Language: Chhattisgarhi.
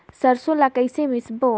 सरसो ला कइसे मिसबो?